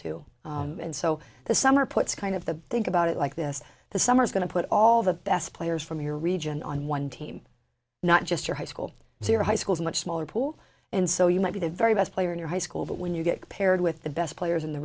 too and so the summer puts kind of the think about it like this the summer is going to put all the best players from your region on one team not just your high school senior high schools a much smaller pool and so you might be the very best player in your high school but when you get paired with the best players in the